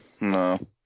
no